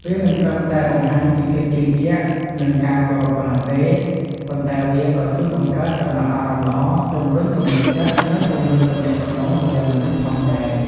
វាមិនត្រឹមតែបង្ហាញពីភាពជឿជាក់ និងការគោរពប៉ុណ្ណោះទេ ប៉ុន្តែវាក៏ជួយបង្កើតចំណាប់អារម្មណ៍ល្អ ជំរុញទំនុកចិត្ត និងពង្រឹងទំនាក់ទំនងរវាងមនុស្សផងដែរ។